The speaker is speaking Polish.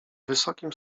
wysokim